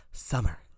Summer